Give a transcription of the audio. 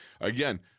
again